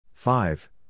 Five